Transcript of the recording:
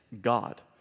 God